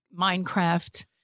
Minecraft